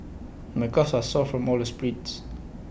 my calves are sore from all the sprints